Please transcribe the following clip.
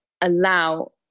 allow